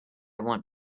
want